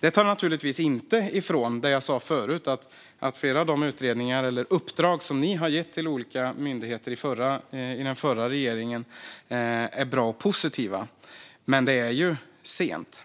Detta tar naturligtvis inte bort något från det jag sa förut - att flera av de uppdrag som ni i den förra regeringen gav till olika myndigheter är positiva. Men det är sent.